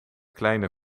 kleine